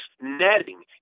netting